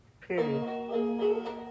Period